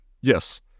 Yes